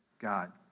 God